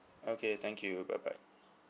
okay thank you bye bye